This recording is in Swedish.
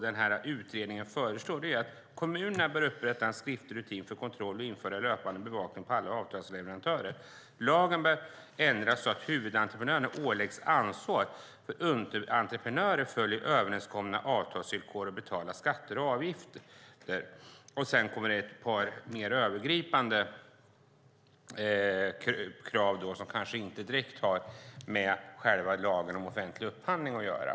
Den här utredningen har förslag: Kommunerna bör upprätta en skriftlig rutin för kontroll och införa löpande bevakning av alla avtalsleverantörer. Lagen bör ändras så att huvudentreprenörerna åläggs ansvar för att underentreprenörer följer överenskomna avtalsvillkor och betalar skatter och avgifter. Sedan kommer det ett par mer övergripande krav som kanske inte direkt har med själva lagen om offentlig upphandling att göra.